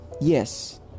yes